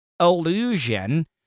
illusion